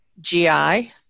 GI